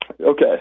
Okay